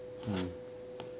mm